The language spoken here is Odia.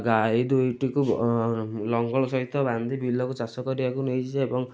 ଗାଈ ଦୁଇଟିକୁ ଲଙ୍ଗଳ ସହିତ ବାନ୍ଧି ବିଲକୁ ଚାଷ କରିବାକୁ ନେଇଛି ଏବଂ